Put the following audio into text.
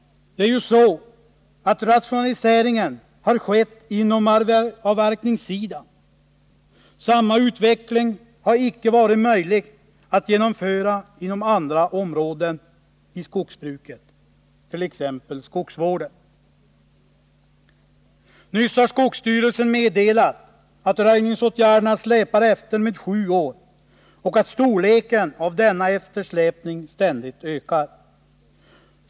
Det är ju så att rationaliseringen har skett inom avverkningssidan, medan den inte har varit möjlig att genomföra i samma utsträckning inom andra områden av skogsbruket, t.ex. skogsvården. Skogsstyrelsen har nyligen meddelat att röjningsåtgärderna släpar efter med sju år och att omfattningen av denna eftersläpning ständigt ökar.